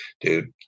Dude